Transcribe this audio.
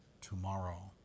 tomorrow